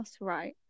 right